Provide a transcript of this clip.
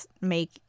make